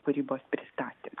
kūrybos pristatymą